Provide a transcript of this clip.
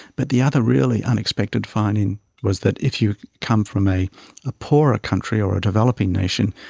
but the other really unexpected finding was that if you come from a a poorer country or a developing nation,